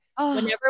Whenever